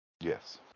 Yes